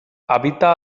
habita